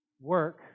work